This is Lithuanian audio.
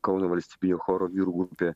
kauno valstybinio choro vyrų grupė